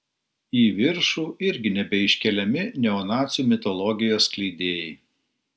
į viršų irgi nebeiškeliami neonacių mitologijos skleidėjai